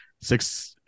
Six